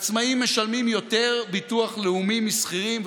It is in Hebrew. עצמאים משלמים יותר ביטוח לאומי משכירים,